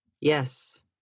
Yes